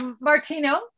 martino